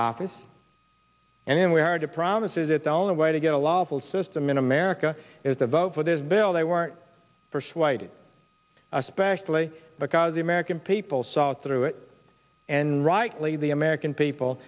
office and then we heard a promise is it the only way to get a lawful system in america is a vote for this bill they weren't persuaded especially because the american people saw through it and rightly the american people